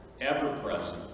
ever-present